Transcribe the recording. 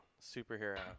superhero